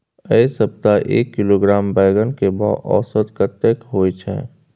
ऐ सप्ताह एक किलोग्राम बैंगन के भाव औसत कतेक होय छै?